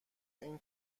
این